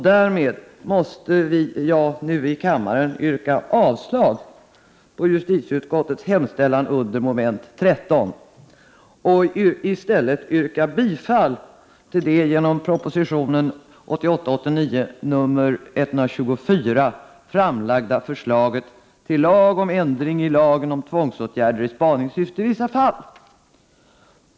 Därför måste jag nu här i kammaren yrka avslag på justitieutskottets hemställan under mom. 13 och i stället yrka bifall till det genom proposition 1988/89:124 framlagda förslaget om lag om ändring i lagen om tvångsåtgärder i spaningssyfte i vissa fall.